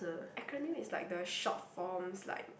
acronym is like the short forms like